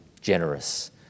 generous